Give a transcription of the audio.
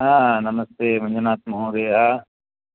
ह नमस्ते मञ्जुनाथमहोदय